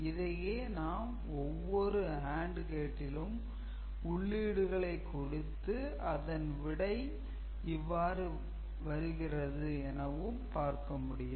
இதையே நாம் ஒவ்வொரு AND கேட்டிலும் உள்ளீடுகளை கொடுத்து அதன் விடை இவ்வாறு வருகிறது எனவும் பார்க்க முடியும்